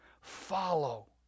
Follow